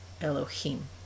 Elohim